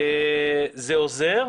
זה לא עוזר.